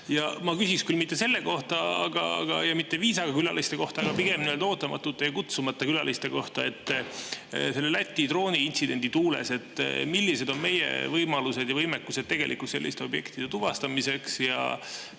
Ma küsin küll mitte selle kohta ja mitte viisaga külaliste kohta, vaid ootamatute ja kutsumata külaliste kohta selle Läti drooniintsidendi tuules. Millised on meie võimalused ja võimekused selliste objektide tuvastamiseks ja